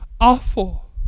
awful